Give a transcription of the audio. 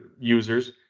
users